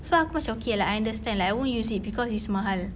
so aku macam okay like I understand like I won't use it because it's mahal